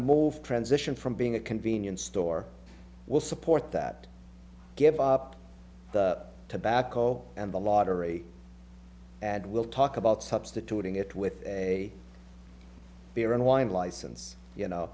move transition from being a convenience store we'll support that tobacco and the lottery and we'll talk about substituting it with beer and wine license you know